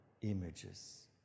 images